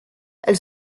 elle